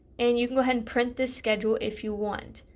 and you can go ahead and print this schedule if you want.